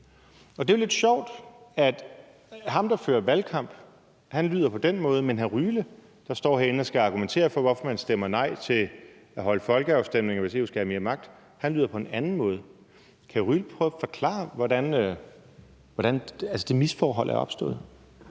Det er jo lidt sjovt, at ham, der fører valgkamp, lyder på den måde, men at hr. Alexander Ryle, der står herinde og skal argumentere for, hvorfor man stemmer nej til at afholde folkeafstemninger, hvis EU skal have mere magt, lyder på en anden måde. Kan hr. Alexander Ryle prøve at forklare, hvordan det misforhold er opstået?